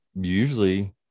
usually